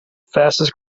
fastest